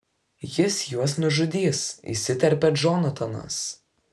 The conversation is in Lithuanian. jis juos nužudys įsiterpia džonatanas